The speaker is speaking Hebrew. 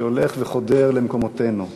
שהולך וחודר למקומותינו,